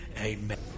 Amen